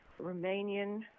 Romanian